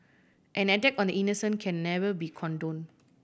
an attack on the innocent can never be condone